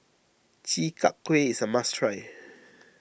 Chi Kak Kuih is a must try